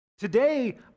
Today